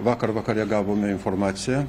vakar vakare gavome informaciją